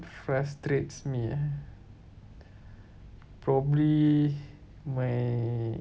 frustrates me ah probably my